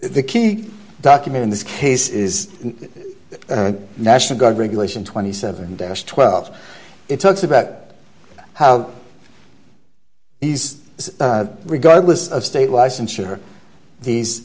the key document in this case is a national guard regulation twenty seven dash twelve it talks about how these regardless of state license are these